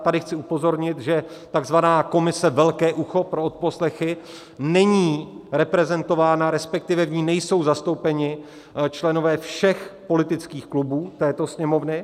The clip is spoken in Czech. Tady chci upozornit, že takzvaná komise velké ucho pro odposlechy není reprezentována, respektive v ní nejsou zastoupeni členové všech politických klubů této Sněmovny.